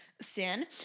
sin